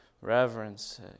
reverence